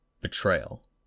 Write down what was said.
Betrayal